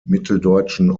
mitteldeutschen